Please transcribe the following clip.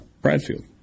Bradfield